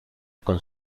con